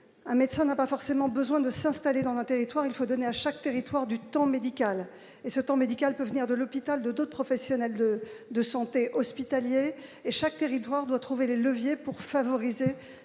médecin n'a pas forcément besoin de s'installer dans un territoire il faut donner à chaque territoire du temps médical et ce temps médical peut venir de l'hôpital de d'autres professionnels de de santé hospitaliers et chaque territoire doit trouver les leviers pour favoriser